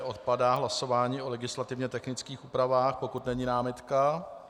Odpadá hlasování o legislativně technických úpravách, pokud není námitka.